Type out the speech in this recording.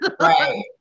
Right